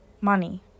money